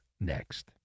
next